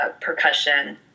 percussion